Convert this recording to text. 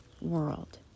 world